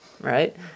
right